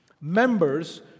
Members